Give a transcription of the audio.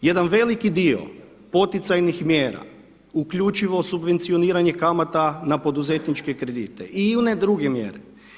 Jedan veliki dio poticajnih mjera uključivo subvencioniranje kamata na poduzetničke kredite i one druge mjere.